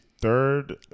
third